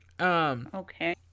Okay